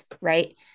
right